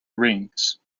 rings